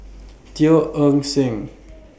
Teo Eng Seng